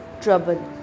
trouble